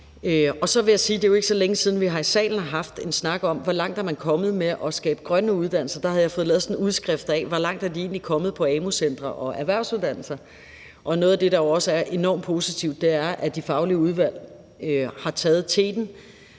det jo ikke er så længe siden, at vi her i salen har haft en snak om, hvor langt man er kommet med at skabe grønne uddannelser. Der havde jeg fået lavet en udskrift af, hvor langt de egentlig er kommet på amu-centrene og erhvervsuddannelserne, og noget af det, der også er enormt positivt, er, at de faglige udvalg har taget teten.